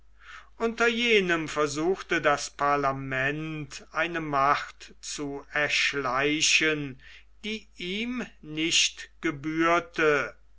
unter jenem versuchte das parlament eine macht zu erschleichen die ihm nicht gebührte